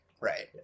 right